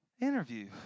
Interview